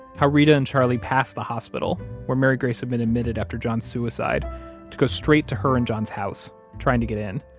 how reta and charlie passed the hospital where mary grace had been admitted after john's suicide to go straight to her and john's house, trying to get in,